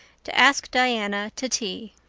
to ask diana to tea.